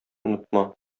онытма